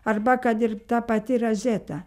arba kad ir ta pati razeta